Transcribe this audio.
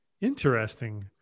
Interesting